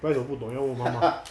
price 我不懂要问我妈妈